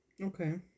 okay